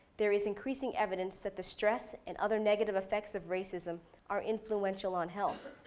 there is increasing evidence that the stress and other negative effects of racism are influential on health.